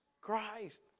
Christ